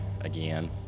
again